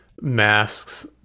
masks